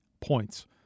points